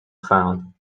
found